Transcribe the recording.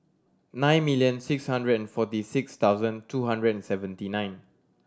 nine million six hundred and forty six thousand two hundred and seventy nine